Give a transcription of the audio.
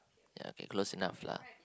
ya okay close enough lah